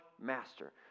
master